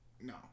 No